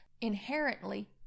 inherently